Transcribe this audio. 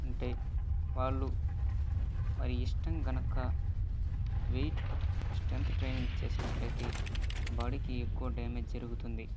అంటే వాళ్ళు అయి ఇష్టం కనుక వెయిట్ స్ట్రెంత్ ట్రైనింగ్ చేసినట్లయితే బాడీ కి ఎక్కువ డ్యామేజ్ జరుగుతుంది